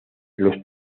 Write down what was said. los